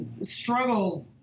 struggle